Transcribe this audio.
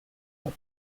had